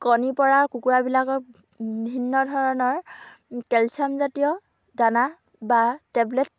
কণীৰ পৰা কুকুৰাবিলাকক ভিন্নধৰণৰ কেলছিয়ামজাতীয় দানা বা টেবলেট